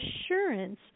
assurance